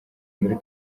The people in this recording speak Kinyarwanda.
muri